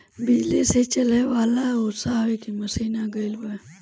बिजली से चले वाला ओसावे के मशीन आ गइल बा